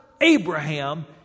Abraham